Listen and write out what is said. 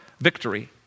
victory